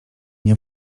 nie